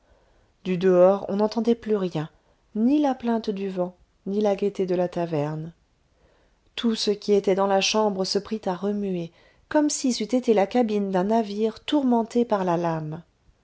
du dehors on n'entendait plus rien ni la plainte du vent ni la gaieté de la taverne tout ce qui était dans la chambre se prit à remuer comme si c'eût été la cabine d'un navire tourmenté par la lame